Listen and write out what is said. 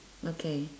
okay